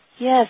Yes